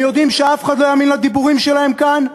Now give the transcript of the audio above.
הם יודעים שאף אחד לא יאמין לדיבורים שלהם כאן,